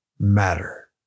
matter